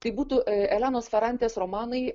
tai būtų elenos ferantės romanai